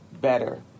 better